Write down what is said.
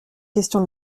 question